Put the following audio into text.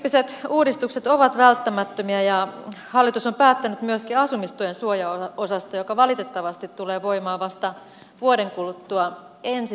tämäntyyppiset uudistukset ovat välttämättömiä ja hallitus on päättänyt myöskin asumistuen suojaosasta joka valitettavasti tulee voimaan vasta vuoden kuluttua ensi syksynä